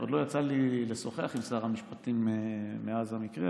עוד לא יצא לי לשוחח עם שר המשפטים מאז המקרה,